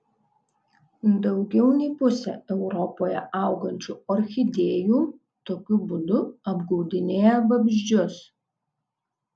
daugiau nei pusė europoje augančių orchidėjų tokiu būdu apgaudinėja vabzdžius